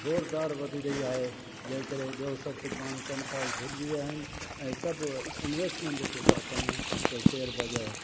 ज़ोरदारु वधी रही आहे जंहिं करे ॿियों सभु कुझु माण्हू कमकाज भुलिजी विया आहिनि ऐं सभु इनवेस्टमेंट जेको था कनि सभु शेयर बाज़ारि